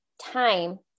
time